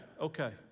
okay